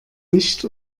nicht